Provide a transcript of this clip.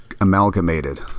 amalgamated